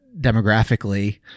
demographically